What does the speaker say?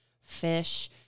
fish